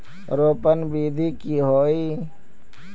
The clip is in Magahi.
रोपण विधि की होय?